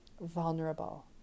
vulnerable